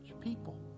people